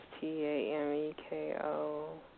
T-A-M-E-K-O